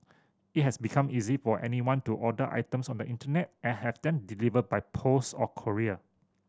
it has become easy for anyone to order items on the Internet and have them delivered by post or courier